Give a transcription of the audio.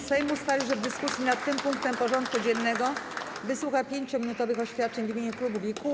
Sejm ustalił, że w dyskusji nad tym punktem porządku dziennego wysłucha 5-minutowych oświadczeń w imieniu klubów i kół.